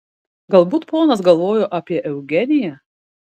galbūt ponas galvojo apie eugeniją